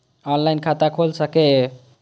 Online खाता खुल सके ये?